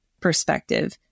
perspective